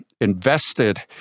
invested